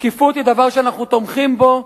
שקיפות היא דבר שאנחנו תומכים בו.